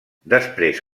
després